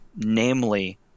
Namely